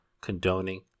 condoning